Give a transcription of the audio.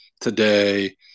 today